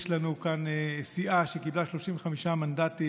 יש לנו כאן סיעה שקיבלה 35 מנדטים.